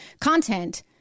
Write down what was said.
content